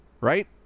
right